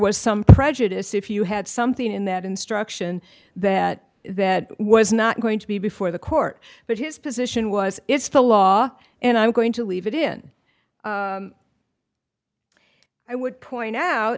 was some prejudice if you had something in that instruction that that was not going to be before the court but his position was it's the law and i'm going to leave it in i would point out